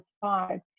five